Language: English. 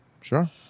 Sure